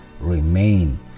remain